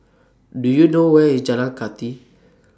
Do YOU know Where IS Jalan Kathi